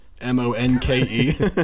M-O-N-K-E